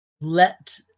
let